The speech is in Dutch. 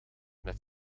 met